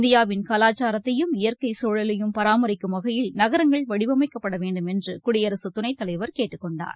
இந்தியாவின் கலாச்சாரத்தையும் இயற்கை சூழலையும் பராமரிக்கும் வகையில் நகரங்கள் வடிவமைக்கப்பட வேண்டுமென்று சூடியரசு துணைத் தலைவர் கேட்டுக் கொண்டார்